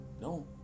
No